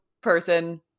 person